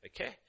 Okay